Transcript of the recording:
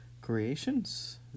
Creations